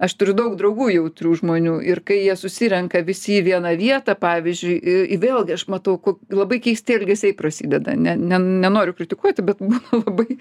aš turiu daug draugų jautrių žmonių ir kai jie susirenka visi į vieną vietą pavyzdžiui į vėlgi aš matau labai keisti elgesiai prasideda ne nenoriu kritikuoti bet būna labai